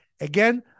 Again